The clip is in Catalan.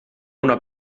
una